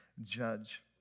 judge